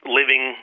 living